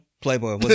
Playboy